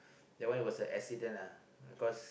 that one it was an accident lah because